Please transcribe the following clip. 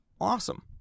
awesome